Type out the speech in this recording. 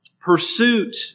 pursuit